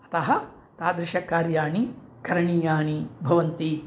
अतः तादृश कार्याणि करणीयानि भवन्ति